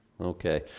Okay